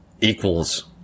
equals